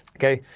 okay.